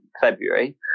February